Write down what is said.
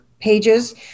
pages